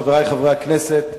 חברי חברי הכנסת,